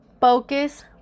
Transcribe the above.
focus